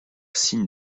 signe